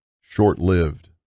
short-lived